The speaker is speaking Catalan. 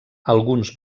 alguns